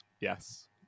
Yes